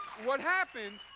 what happened